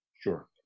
Sure